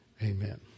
Amen